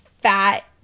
fat